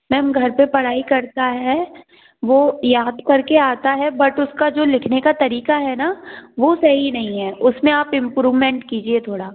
ma'am घर पर पढ़ाई करता है वो याद कर के आता है बट्ट उसका जो लिखने का तरीक़ा है ना वो सही नहीं है उस में आप ईमप्रूवमेंट कीजिए थोड़ा